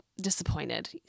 disappointed